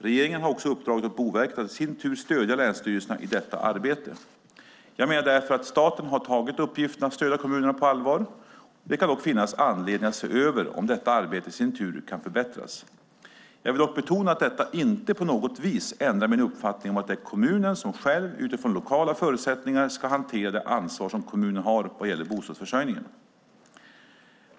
Regeringen har också uppdragit åt Boverket att i sin tur stödja länsstyrelserna i detta arbete. Jag menar därför att staten har tagit uppgiften att stödja kommunerna på allvar. Det kan dock finnas anledning att se över om detta arbete i sin tur kan förbättras. Jag vill dock betona att detta inte på något vis ändrar min uppfattning om att det är kommunen som själv, utifrån lokala förutsättningar, ska hantera det ansvar som kommunen har vad gäller bostadsförsörjningen.